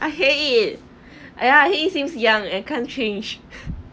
I hate it ya he seems young and can't change